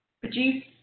produce